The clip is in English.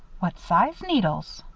what size needles?